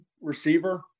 receiver